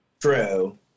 True